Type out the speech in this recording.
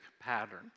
pattern